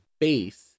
base